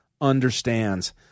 understands